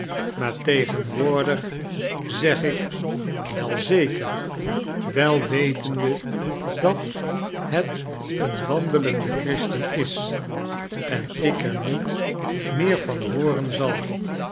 maartegenwoordig zeg ik wel zeker wel wetende dat het een wandelende christen is en ik er niet meer van hooren zal